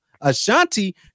Ashanti